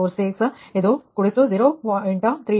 3846 V 1 ಆಗಿದೆ